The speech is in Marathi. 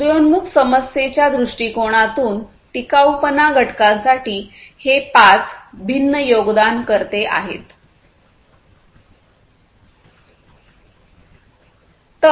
उदयोन्मुख समस्येच्या दृष्टिकोनातून टिकाऊपणा घटकासाठी हे पाच भिन्न योगदानकर्ते आहेत